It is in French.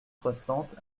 soixante